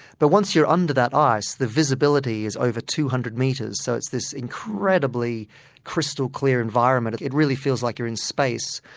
but once you're under that ice the visibility is over two hundred metres, so it's this incredibly crystal clear environment. it really feels like you're in space.